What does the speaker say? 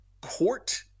court